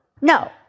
No